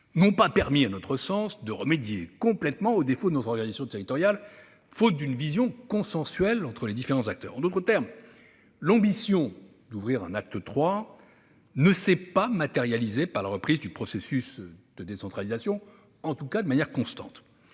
n'ont pas permis de remédier complètement aux défauts de notre organisation territoriale, faute d'une vision consensuelle entre les différents acteurs. En d'autres termes, l'ambition d'ouvrir un acte III ne s'est pas matérialisée par la reprise du processus de décentralisation de manière constante.